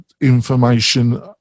information